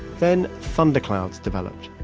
then thunderclouds developed.